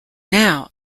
now